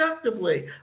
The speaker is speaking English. productively